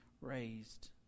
raised